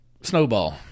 Snowball